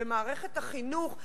במערכת החינוך,